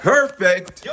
Perfect